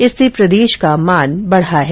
इससे प्रदेश का मान बढ़ा है